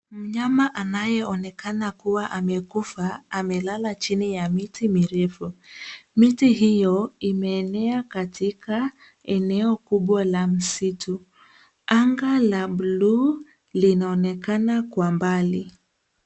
Mnyama anayeonekana kuwa amekufa, amelala chini ya miti mirefu. Miti hiyo imeenea katika eneo kubwa la msitu. Anga la blue linaonekana kwa mbali.